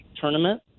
tournament